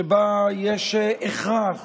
שבה יש הכרח